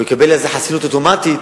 והוא יקבל על זה חסינות אוטומטית